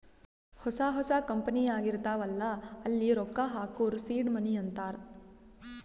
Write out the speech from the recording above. ಹೊಸಾ ಹೊಸಾ ಕಂಪನಿ ಆಗಿರ್ತಾವ್ ಅಲ್ಲಾ ಅಲ್ಲಿ ರೊಕ್ಕಾ ಹಾಕೂರ್ ಸೀಡ್ ಮನಿ ಅಂತಾರ